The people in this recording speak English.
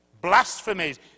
blasphemies